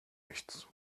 nichts